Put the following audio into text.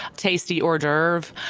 tasty hors d'oeuvre.